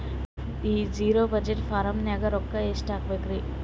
ಈ zero budget farming ನಾಗ್ ರೊಕ್ಕ ಎಷ್ಟು ಹಾಕಬೇಕರಿ?